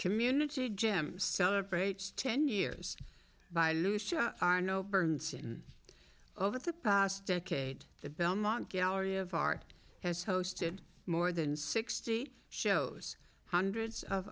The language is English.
community gym celebrates ten years by lucia are no bernsen over the past decade the belmont gallery of art has hosted more than sixty shows hundreds of